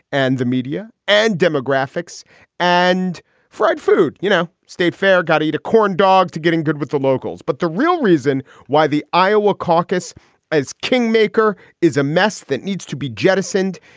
and the media and demographics and fried food. no you know state fair. gotta eat a corn dog to getting good with the locals. but the real reason why the iowa caucus as kingmaker is a mess that needs to be jettisoned.